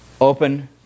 Open